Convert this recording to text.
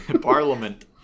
Parliament